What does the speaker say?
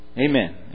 Amen